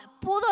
pudo